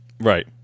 Right